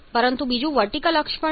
પરંતુ બીજું વર્ટિકલ અક્ષ પણ છે